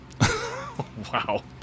wow